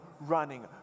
running